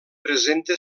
presenta